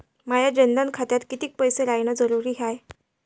माया जनधन खात्यात कितीक पैसे रायन जरुरी हाय?